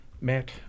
met